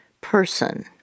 person